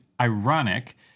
ironic